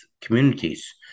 communities